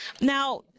now